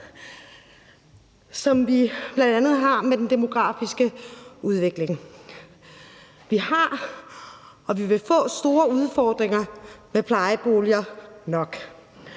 som vi bl.a. har med den demografiske udvikling. Vi har og vi vil få store udfordringer med at have plejeboliger nok.